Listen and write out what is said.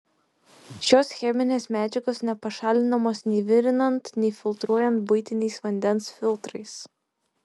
šios cheminės medžiagos nepašalinamos nei virinant nei filtruojant buitiniais vandens filtrais